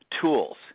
tools